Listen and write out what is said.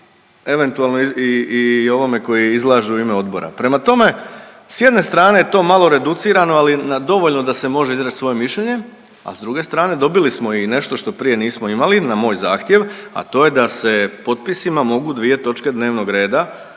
eventualno i ovome koji izlažu u ime odbora. Prema tome, s jedne strane je to malo reducirano ali dovoljno da se može izreć svoje mišljenje, a druge strane dobili smo i nešto što prije nismo imali na moj zahtjev, a to je da se potpisima mogu dvije točke dnevnog reda